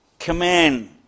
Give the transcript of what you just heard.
Command